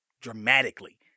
dramatically